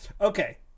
Okay